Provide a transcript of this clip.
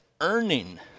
earning